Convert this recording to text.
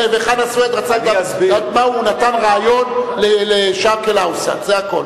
וחנא סוייד רצה לדעת מה היה בריאיון ב"א-שרק אל-אווסט" זה הכול.